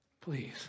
Please